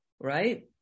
right